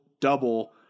double